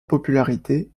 popularité